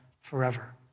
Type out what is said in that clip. forever